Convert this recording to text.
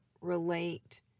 relate